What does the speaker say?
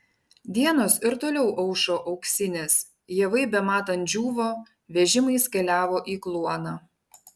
dienos ir toliau aušo auksinės javai bematant džiūvo vežimais keliavo į kluoną